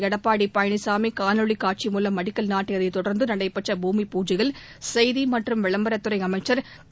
எடப்பாடி பழனிசாமி காணொலி மூவம் அடிக்கல் நாட்டியதை தொடர்ந்து நடைபெற்ற பூமி பூஜையில் செய்தி மற்றும் விளம்பரத் துறை அமைச்சர் திரு